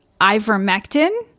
ivermectin